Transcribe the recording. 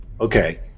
Okay